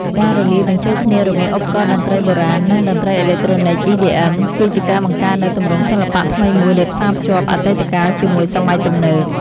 ការលាយបញ្ចូលគ្នារវាងឧបករណ៍តន្ត្រីបុរាណ និងតន្ត្រីអេឡិចត្រូនិក EDM គឺជាការបង្កើតនូវទម្រង់សិល្បៈថ្មីមួយដែលផ្សារភ្ជាប់អតីតកាលជាមួយសម័យទំនើប។